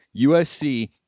USC